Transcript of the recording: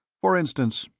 for instance,